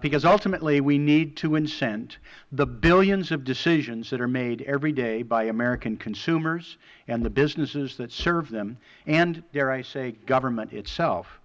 because ultimately we need to incent the billions of decisions that are made every day by american consumers and the businesses that serve them and dare i say government itself